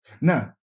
Now